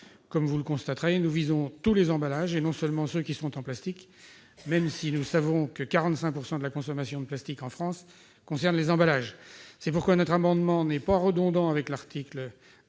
Comme vous le constaterez, nous visons tous les emballages et non pas seulement ceux qui sont en plastique, même si nous savons que 45 % de la consommation de plastiques en France concerne les emballages. C'est pourquoi notre amendement n'est pas redondant avec l'article 1